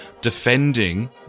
defending